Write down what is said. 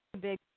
big